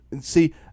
see